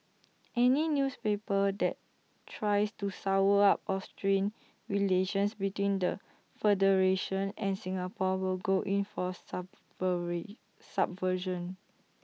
any newspaper that tries to sour up or strain relations between the federation and Singapore will go in for subway subversion